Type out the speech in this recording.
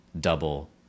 double